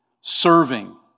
serving